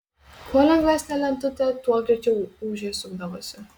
kuo lengvesnė lentutė tuo greičiau ūžė sukdavosi